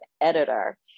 editor